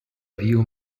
view